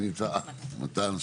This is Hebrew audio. מתן,